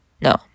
No